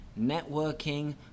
Networking